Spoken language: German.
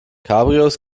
cabrios